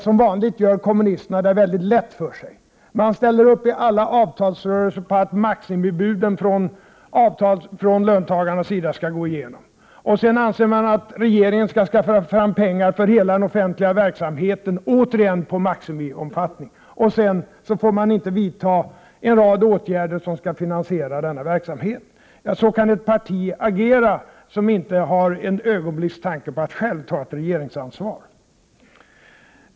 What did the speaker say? Som vanligt gör kommunisterna det väldigt lätt för sig. I alla avtalsrörelser stöder de löntagarnas maximibud. Sedan anser de att regeringen skall skaffa fram pengar till hela den offentliga verksamheten — återigen i maximiomfattning. Sedan får vi inte vidta en rad åtgärder som skall finansiera denna verksamhet! Så kan det parti agera som inte ett ögonblick har en tanke på att själv ta regeringsansvar!